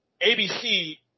ABC